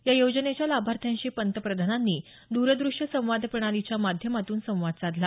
या योजनेच्या लाभार्थ्यांशी पंतप्रधानांनी द्रदृश्य संवाद प्रणालीच्या माध्यमातून संवाद साधला